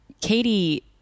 Katie